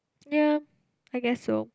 ya I guess so